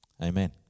Amen